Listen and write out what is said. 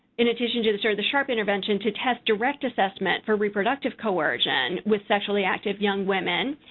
in addition to the, sort of. the sharp intervention to test direct assessment for reproductive coercion with sexually active young women.